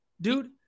Dude